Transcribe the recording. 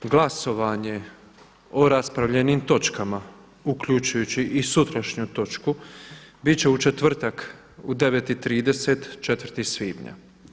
Glasovanje o raspravljenim točkama uključujući i sutrašnju točku bit će u četvrtak u 9,30, 4. svibnja.